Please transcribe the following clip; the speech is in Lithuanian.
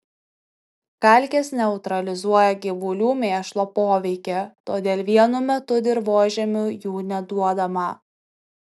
kalkės neutralizuoja gyvulių mėšlo poveikį todėl vienu metu dirvožemiui jų neduodama